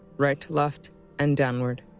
right to left and downward.